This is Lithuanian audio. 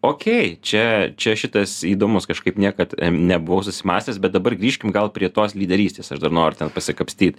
okei čia čia šitas įdomus kažkaip niekad nebuvau susimąstęs bet dabar grįžkim gal prie tos lyderystės aš dar noriu ten pasikapstyt